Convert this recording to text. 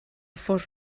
fos